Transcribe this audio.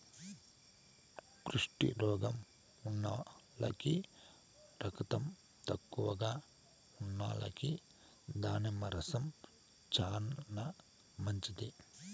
కుష్టు రోగం ఉన్నోల్లకి, రకతం తక్కువగా ఉన్నోల్లకి దానిమ్మ రసం చానా మంచిది